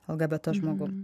lgbt žmogum